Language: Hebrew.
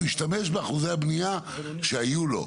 הוא השתמש באחוזי הבנייה שהיו לו,